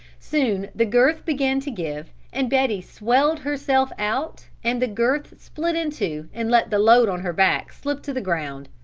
soon the girth began to give and betty swelled herself out and the girth split in two and let the load on her back slip to the ground.